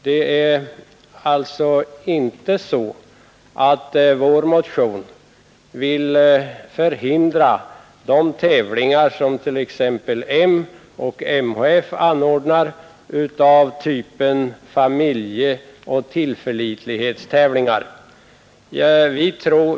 Det är alltså inte så, att vår motion vill förhindra sådana tävlingar av typen familjeoch tillförlitlighetstävlingar som t.ex. M och MHF anordnar.